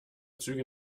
züge